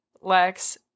Lex